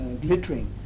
glittering